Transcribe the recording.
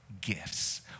gifts